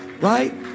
right